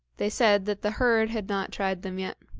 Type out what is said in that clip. they said that the herd had not tried them yet.